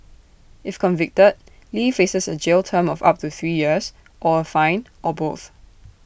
if convicted lee faces A jail term of up to three years or A fine or both